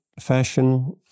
fashion